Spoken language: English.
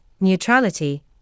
neutrality